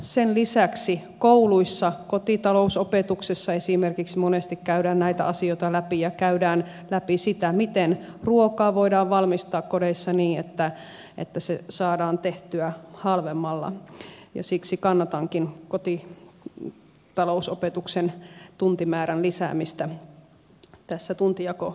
sen lisäksi kouluissa kotitalousopetuksessa esimerkiksi monesti käydään näitä asioita läpi ja käydään läpi sitä miten ruokaa voidaan valmistaa kodeissa niin että se saadaan tehtyä halvemmalla ja siksi kannatankin kotitalousopetuksen tuntimäärän lisäämistä tässä tuntijakouudistuksessa